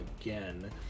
again